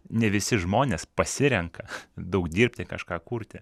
ne visi žmonės pasirenka daug dirbti kažką kurti